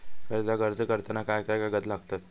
कर्जाक अर्ज करताना काय काय कागद लागतत?